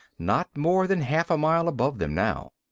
not more than half a mile above them now.